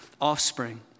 offspring